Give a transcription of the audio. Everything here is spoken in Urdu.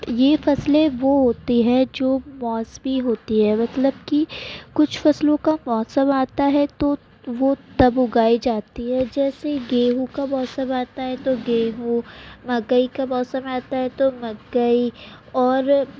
یہ فصلیں وہ ہوتی ہیں جو موسمی ہوتی ہے مطلب کہ کچھ فصلوں کا موسم آتا ہے تو وہ تب اگائی جاتی ہے جیسے گیہوں کا موسم آتا ہے تو گیہوں مکئی کا موسم آتا ہے تو مکئی اور